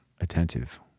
attentive